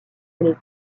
aller